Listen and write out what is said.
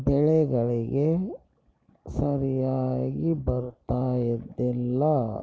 ಬೆಳೆಗಳಿಗೆ ಸರಿಯಾಗಿ ಬರುತ್ತಾ ಇದ್ದಿಲ್ಲ